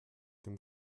dem